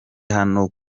hano